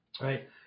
right